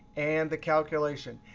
and the calculation.